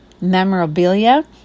memorabilia